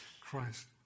Christ